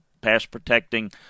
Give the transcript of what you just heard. pass-protecting